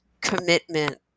commitment